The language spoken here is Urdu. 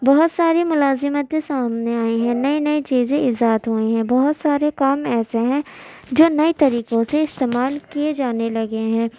بہت ساری ملازمتیں سامنے آئی ہیں نئی نئی چیزیں ایجاد ہوئی ہیں بہت سارے کام ایسے ہیں جو نئے طریقوں سے استعمال کیے جانے لگے ہیں